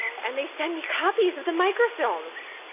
and they sent me copies of the microfilms.